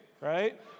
right